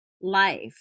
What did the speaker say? life